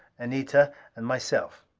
anita and myself.